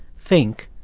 think,